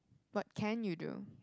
what can you do